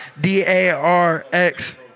D-A-R-X